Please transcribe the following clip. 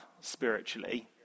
spiritually